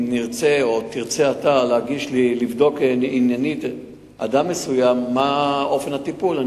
אם אתה תרצה לבדוק עניינית מה אופן הטיפול באדם מסוים,